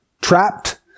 trapped